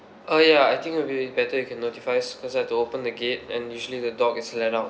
ah yeah I think it'll be better you can notifies cause I have to open the gate and usually the dog is let out